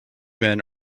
men